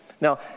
Now